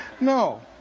No